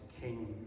king